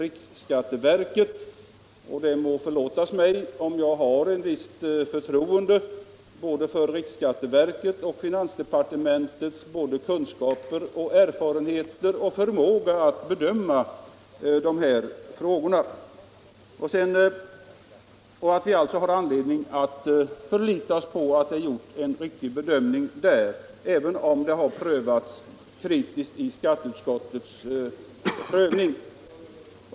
Det må förlåtas 19 mig om jag har ett visst förtroende både för riksskatteverkets och för finansdepartementets kunskaper, erfarenheter och förmåga att bedöma de här frågorna. Jag anser alltså att vi har anledning att förlita oss på att man där gjort en riktig bedömning. Men trots detta har skatteutskottet på den här punkten gjort en kritisk prövning.